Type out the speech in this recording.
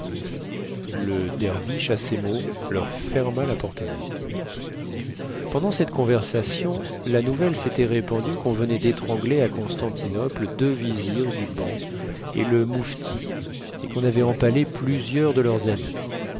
le derviche à ces mots leur ferma la porte au nez pendant cette conversation la nouvelle s'était répandue qu'on venait d'étrangler à constantinople deux vizirs du banc et le muphti et qu'on avait empalé plusieurs de leurs amis